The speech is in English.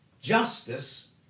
justice